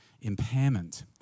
impairment